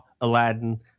Aladdin